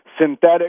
synthetic